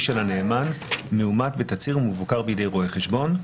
של הנאמן מאומת בתצהיר ומבוקר בידי רואה חשבון.